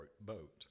boat